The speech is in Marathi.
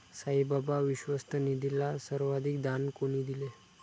साईबाबा विश्वस्त निधीला सर्वाधिक दान कोणी दिले?